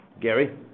Gary